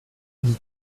une